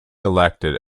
elected